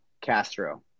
Castro